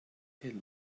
tell